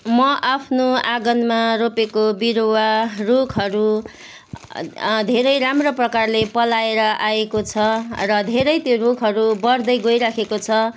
म आफ्नो आँगनमा रोपेको बिरुवा रुखहरू धेरै राम्रो प्रकारले पलाएर आएको छ र धेरै त्यो रुखहरू बढ्दै गइराखेको छ